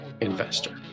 investor